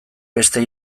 beste